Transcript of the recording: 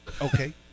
Okay